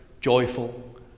joyful